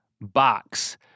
box